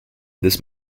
this